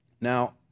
Now